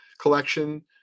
collection